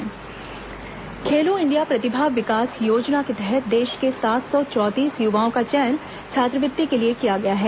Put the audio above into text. खेलो India खेलो India प्रतिभा विकास योजना के तहत देश के सात सौ चौंतीस युवाओं का चयन छात्रवृत्ति के लिए किया गया है